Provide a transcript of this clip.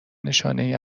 نشانهای